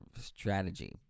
strategy